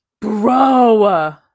bro